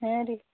ಹಾಂ ರೀ